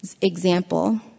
example